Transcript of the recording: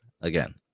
Again